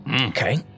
Okay